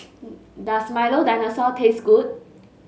does Milo Dinosaur taste good